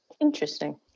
Interesting